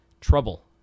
Trouble